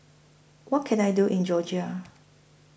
What Can I Do in Georgia